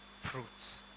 fruits